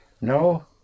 No